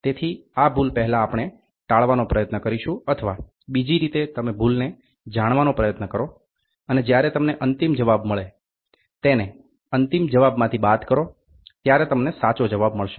તેથી આ ભૂલ પહેલા આપણે ટાળવાનો પ્રયત્ન કરીશું અથવા બીજી રીતે તમે ભૂલને જાણવાનો પ્રયત્ન કરો અને જ્યારે તમને અંતિમ જવાબ મળે તેને અંતિમ જવાબમાંથી બાદ કરો ત્યારે તમને સાચો જવાબ મળશે